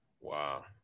Wow